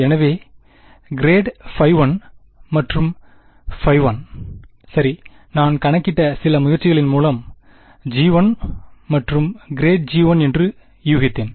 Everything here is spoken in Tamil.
எனவே ∇1மற்றும் 1 சரி நான் கணக்கிட்ட சில முயற்சிகளின் மூலம் g1 மற்றும் ∇g1 என்று யூகித்தேன்